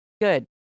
Good